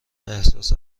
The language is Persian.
احساس